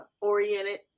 oriented